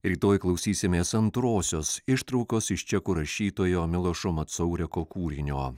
rytoj klausysimės antrosios ištraukos iš čekų rašytojo milošo matsaureko kūrinio